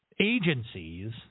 agencies